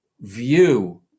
view